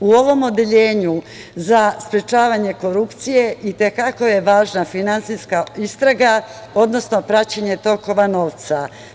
U ovom odeljenju za sprečavanje korupcije i te kako je važna finansijska istraga, odnosno praćenje tokovo novca.